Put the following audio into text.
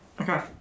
Okay